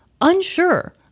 unsure